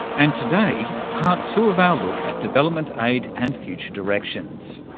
and today, part two of our look at development aid and future directions.